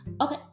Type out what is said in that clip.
Okay